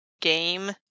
game